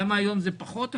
למה היום זה פחות,